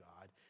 God